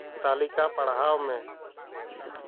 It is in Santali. ᱛᱟᱹᱞᱤᱠᱟ ᱯᱟᱲᱦᱟᱣ ᱢᱮ